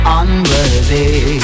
unworthy